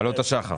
עלות השחר.